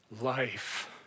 life